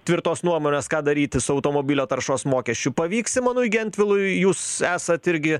tvirtos nuomonės ką daryti su automobilio taršos mokesčiu pavyks simonui gentvilui jūs esat irgi